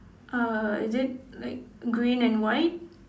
uh is it like green and white